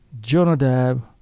Jonadab